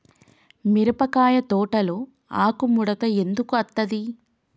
మిరపకాయ తోటలో ఆకు ముడత ఎందుకు అత్తది?